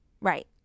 Right